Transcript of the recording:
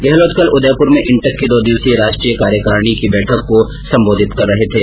गहलोत कल उदयपुर में इंटक की दो दिवसीय राष्ट्रीय कार्यकारिणी की बैठक के उदघाटन सत्र को संबोधित कर रहे थे